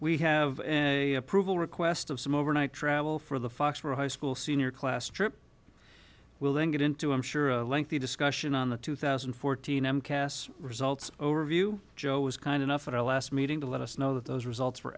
we have a approval request of some overnight travel for the fox for a high school senior class trip will then get into i'm sure a lengthy discussion on the two thousand and fourteen m cas results overview joe was kind enough at our last meeting to let us know that those results